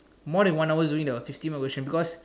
more than one hour doing the fifteen mark question because